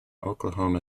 oklahoma